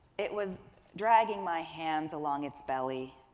it was dragging my hands along its belly,